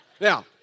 Now